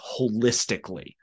holistically